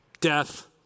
Death